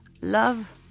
love